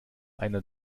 einer